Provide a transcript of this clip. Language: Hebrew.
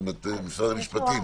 משרד המשפטים,